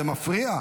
זה מפריע.